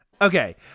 Okay